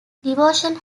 devotion